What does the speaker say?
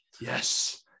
yes